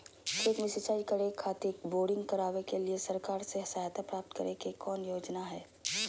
खेत में सिंचाई करे खातिर बोरिंग करावे के लिए सरकार से सहायता प्राप्त करें के कौन योजना हय?